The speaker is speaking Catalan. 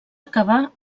acabà